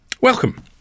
Welcome